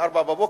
ב-04:00,